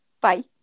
Bye